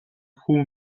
хүү